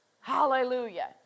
hallelujah